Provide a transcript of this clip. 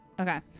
Okay